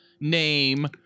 name